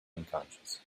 unconscious